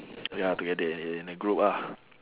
ya together in a group ah